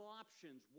options